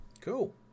Cool